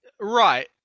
Right